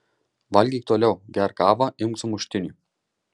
valgyk toliau gerk kavą imk sumuštinį